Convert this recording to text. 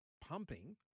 pumping